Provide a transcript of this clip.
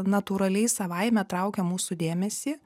natūraliai savaime traukia mūsų dėmesį